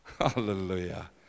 Hallelujah